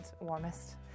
warmest